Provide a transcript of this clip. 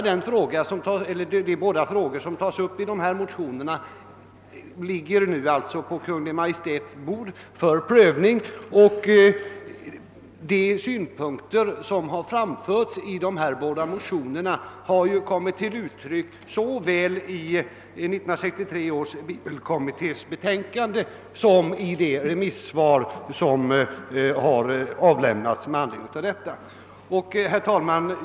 De båda frågor som tas upp i motionerna ligger nu alltså på Kungl. Maj:ts bord för prövning, och de synpunkter som framförts i de båda motionerna har kommit till uttryck såväl i 1963 års bibelkommittés betänkande som i de remissyttranden som avgivits med anledning härav. Herr talman!